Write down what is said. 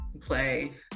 play